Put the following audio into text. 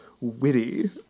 witty